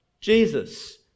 Jesus